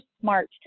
smart